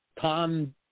Tom